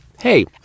hey